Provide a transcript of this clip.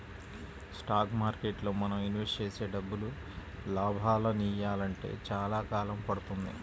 stock మార్కెట్టులో మనం invest చేసే డబ్బులు లాభాలనియ్యాలంటే చానా కాలం పడుతుంది